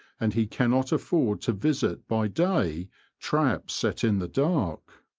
and he can not afford to visit by day traps set in the dark.